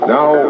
Now